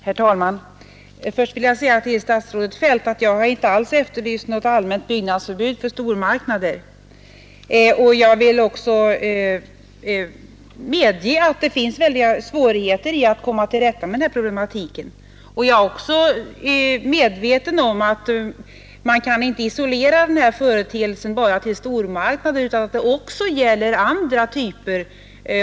Herr talman! Först vill jag säga till statsrådet Feldt att jag inte alls har efterlyst något allmänt byggnadsförbud för stormarknader. Jag vill medge att det möter väldiga svårigheter att komma till rätta med den här problematiken, och jag är medveten om att man inte kan isolera den här företeelsen till bara stormarknader, utan den gäller också andra affärstyper.